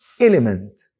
element